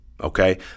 okay